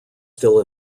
still